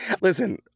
listen